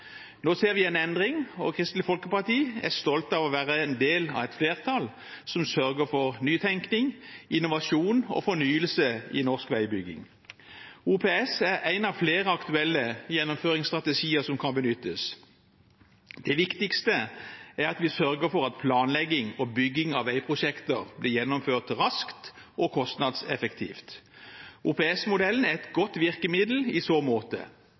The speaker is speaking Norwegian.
Nå ser vi en endring, og Kristelig Folkeparti er stolt av å være en del av et flertall som sørger for nytenkning, innovasjon og fornyelse i norsk veibygging. OPS er én av flere aktuelle gjennomføringsstrategier som kan benyttes. Det viktigste er at vi sørger for at planlegging og bygging av veiprosjekter blir gjennomført raskt og kostnadseffektivt. OPS-modellen er et godt virkemiddel i så måte.